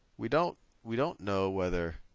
we don't we don't know whether